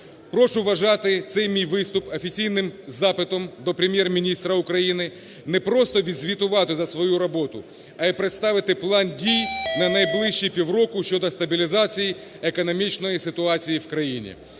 Прошу вважати цей мій виступ офіційним запитом до Прем'єр-міністра України, не просто відзвітувати за свою роботу, а і представити план дій на найближчі півроку щодо стабілізації економічної ситуації в країні.